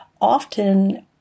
often